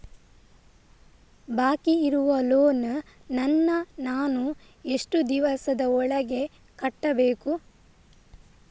ಬಾಕಿ ಇರುವ ಲೋನ್ ನನ್ನ ನಾನು ಎಷ್ಟು ದಿವಸದ ಒಳಗೆ ಕಟ್ಟಬೇಕು?